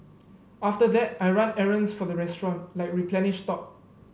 after that I run errands for the restaurant like replenish stock